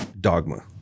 Dogma